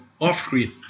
off-grid